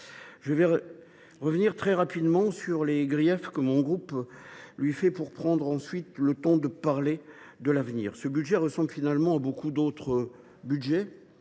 Je vais revenir très rapidement sur les griefs de mon groupe pour prendre, ensuite, le temps de parler de l’avenir. Ce budget ressemble finalement à beaucoup d’autres depuis